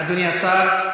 אדוני השר,